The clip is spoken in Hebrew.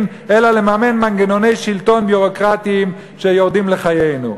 אלא לממן מנגנוני שלטון ביורוקרטיים שיורדים לחיינו.